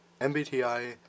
MBTI